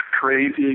crazy